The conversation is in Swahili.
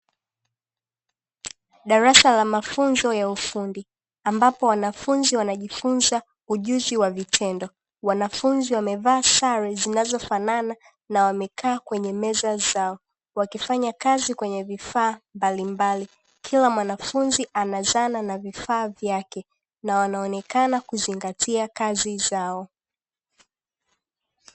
Darasa la mafunzo ya ufundi ambapo wanafunzi wanajifunza ujuzi wa vitendo. Wanafunzi wamevalia sare zinazofanana na wamekaa kwenye meza, wakifanya kazi kwa vifaa mbalimbali. Wanaonekana kuzingatia kazi zao.